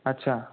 अच्छा